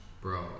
bro